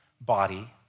body